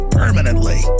permanently